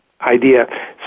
idea